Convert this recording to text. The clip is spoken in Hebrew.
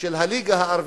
הליגה הערבית,